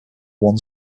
one